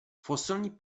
fosilní